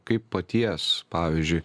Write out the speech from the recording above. kaip paties pavyzdžiui